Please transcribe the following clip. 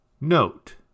Note